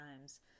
times